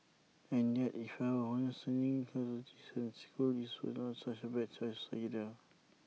and yet if I were honest sending her to Jason's school is not such A bad choice either